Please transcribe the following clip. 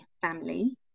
family